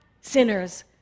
sinners